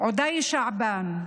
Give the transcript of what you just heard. עודאי שעבאן,